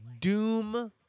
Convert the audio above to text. Doom